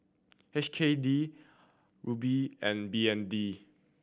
H K D Ruble and B N D